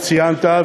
ציינת,